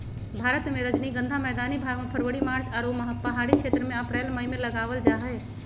भारत मे रजनीगंधा मैदानी भाग मे फरवरी मार्च आरो पहाड़ी क्षेत्र मे अप्रैल मई मे लगावल जा हय